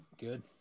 good